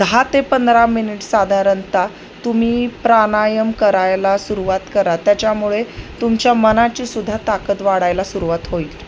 दहा ते पंधरा मिनिट साधारणतः तुम्ही प्राणायाम करायला सुरुवात करा त्याच्यामुळे तुमच्या मनाचीसुद्धा ताकद वाढायला सुरुवात होईल